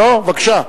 בבקשה.